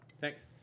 Thanks